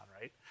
right